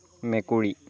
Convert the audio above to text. মেকুৰী